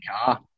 car